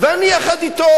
ואני יחד אתו.